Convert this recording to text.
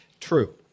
true